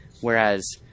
Whereas